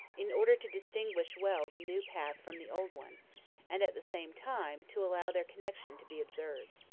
in order to distinguish well the new path from the old one and, at the same time, to allow their connection to be observed.